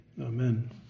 Amen